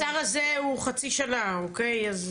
השר הזה הוא חצי שנה, כן?